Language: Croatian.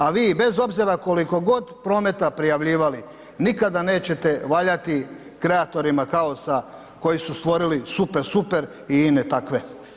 A vi bez obzira koliko god prometa prijavljivali, nikada nećete valjati kreatorima, kao sa, koji su stvorili super super … takve.